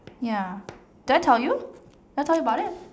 ya did I tell you did I tell you about it